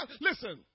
Listen